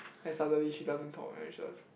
and suddenly she doesn't talk and then she just